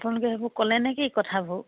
আপোনালোকে সেইবোৰ ক'লেনে কি কথাবোৰ